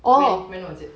when when was it